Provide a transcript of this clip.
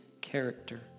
character